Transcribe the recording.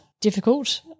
difficult